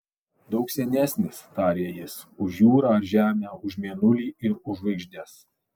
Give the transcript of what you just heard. daug senesnis tarė jis už jūrą ar žemę už mėnulį ir už žvaigždes